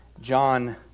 John